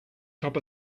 top